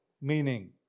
meaning